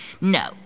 No